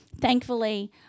Thankfully